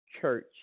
church